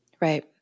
Right